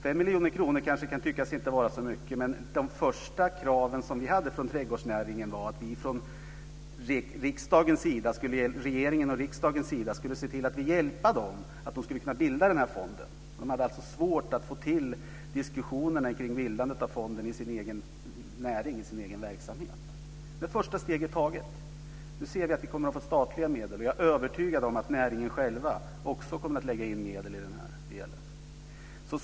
5 miljoner kronor kanske kan tyckas inte vara så mycket, men det första krav vi hade från trädgårdsnäringen var att vi från regeringens och riksdagens sida skulle se till att hjälpa dem att bilda den här fonden. De hade alltså svårt att få till diskussionerna omkring bildandet av fonden i sin egen näring, sin egen verksamhet. Nu är första steget taget. Nu ser vi att vi kommer att få statliga medel. Jag är övertygad om att näringen själv också kommer att lägga in medel i den här delen.